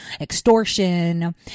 extortion